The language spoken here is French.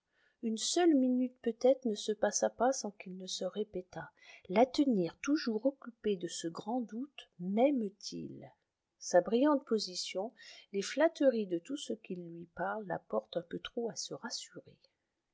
une seule minute peut-être ne se passa pas sans qu'il ne se répétât la tenir toujours occupée de ce grand doute maime t il sa brillante position les flatteries de tout ce qui lui parle la portent un peu trop à se rassurer